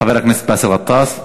חבר הכנסת באסל גטאס.